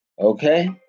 Okay